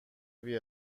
روی